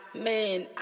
Man